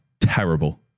terrible